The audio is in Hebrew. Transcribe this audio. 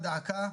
דא עקא,